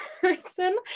person